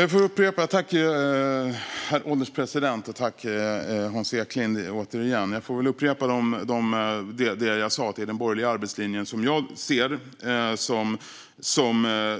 Herr ålderspresident! Jag får väl upprepa det jag sa, nämligen att det är den borgerliga arbetslinjen som jag ser